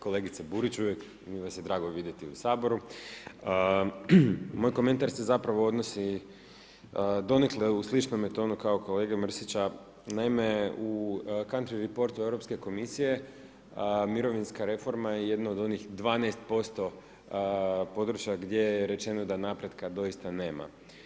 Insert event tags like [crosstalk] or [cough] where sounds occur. Kolega Burić, uvijek mi vas je drago vidjeti u Saboru, moj komentar se zapravo odnosi donekle u sličnome tonu kao kolege Mrsića, naime, u … [unintelligible] Europske komisije mirovinska reforma je jedna od onih 12% područja gdje je rečeno da napretka doista nema.